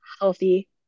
healthy